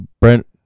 Brent